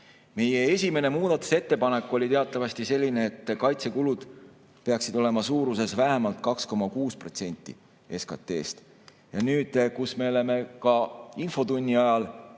Meie esimene muudatusettepanek oli teatavasti selline, et kaitsekulud peaksid olema vähemalt 2,6% SKT‑st. Nüüd, kui me oleme ka infotunni ajal